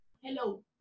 Hello